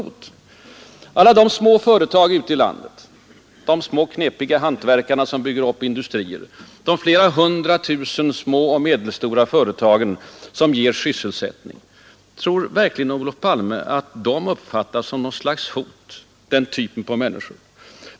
Tror verkligen herr Palme att de enskilda människorna upplever de små företagen ute i landet, de knepiga hantverkarna som bygger upp industrier och de flera hundra tusen små och medelstora företagen som ger sysselsättning, som något slags hot?